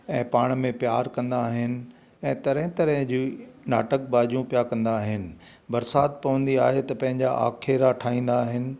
ऐं पाण में प्यारु कंदा आहिनि ऐं तरह तरह जी नाटक बाजियूं पिया कंदा आहिनि बरसाति पवंदी आहे त पंहिंजा आखेरा ठाहींदा आहिनि